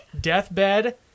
Deathbed